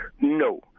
no